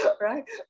Right